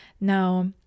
Now